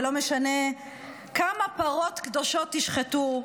ולא משנה כמה פרות קדושות תשחטו,